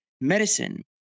medicine